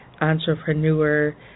entrepreneur